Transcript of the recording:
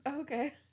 Okay